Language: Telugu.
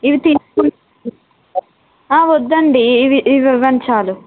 ఇవి తీసుకొని ఆ వద్దండి ఇవి ఇవ్వండి చాలు